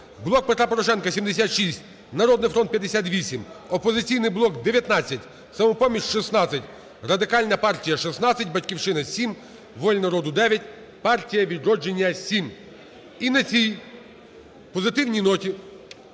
"Блок Петра Порошенка" – 76, "Народний фронт" – 58, "Опозиційний блок" – 19, "Самопоміч" – 16, Радикальна партія – 16, "Батьківщина" – 7, "Воля народу" – 9, "Партія "Відродження" – 7. І на цій позитивній ноті